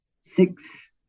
Six